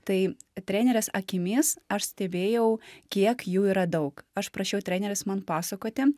tai trenerės akimis aš stebėjau kiek jų yra daug aš prašiau treneris man pasakoti